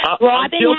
Robin